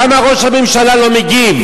למה ראש הממשלה לא מגיב?